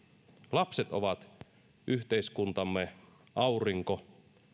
lapset ovat yhteiskuntamme aurinko